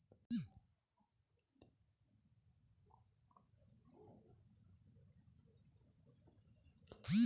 एक आदमी को लोन कैसे मिल सकता है?